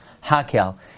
ha'kel